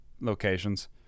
locations